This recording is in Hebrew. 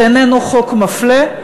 זה איננו חוק מפלה,